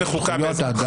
שהיא פגיעה לא מידתית,